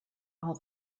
all